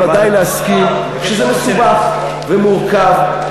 שזה מסובך ומורכב,